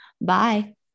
Bye